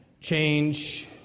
change